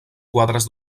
quadres